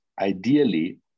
ideally